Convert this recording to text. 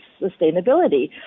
sustainability